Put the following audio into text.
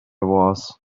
was